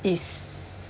is